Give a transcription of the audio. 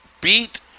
beat